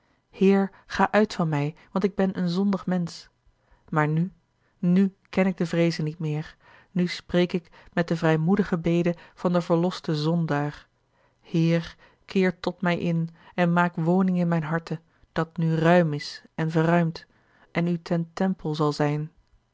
heer ga uit van mij want ik ben een zondig mensch maar nù nù ken ik de vreeze niet meer nu spreek ik met de vrijmoedige bede van den verlosten zondaar heer keer tot mij in en maak woning in mijn harte dat nu ruim is en verruimd en u ten tempel zal zijn